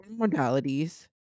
modalities